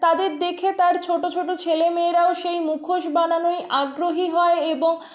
তাদের দেখে তার ছোটো ছোটো ছেলে মেয়েরাও সেই মুখোশ বানানোয় আগ্রহী হয় এবং